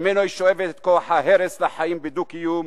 שממנו היא שואבת את כוח ההרס לחיים בדו-קיום.